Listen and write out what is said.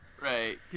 Right